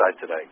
today